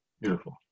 Beautiful